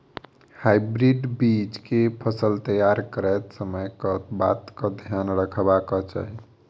Hybrid बीज केँ फसल तैयार करैत समय कऽ बातक ध्यान रखबाक चाहि?